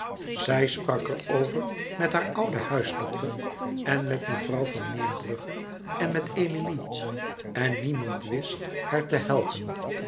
zij sprak er over met haar ouden huisdokter en met mevrouw van neerbrugge en met emilie en niemand wist haar te helpen